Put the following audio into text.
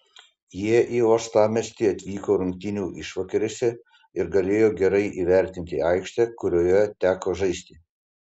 jie į uostamiestį atvyko rungtynių išvakarėse ir galėjo gerai įvertinti aikštę kurioje teko žaisti